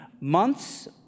months